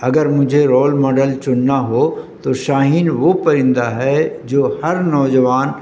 اگر مجھے role model چننا ہو تو شاہین وہ پرندہ ہے جو ہر نوجوان